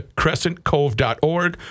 crescentcove.org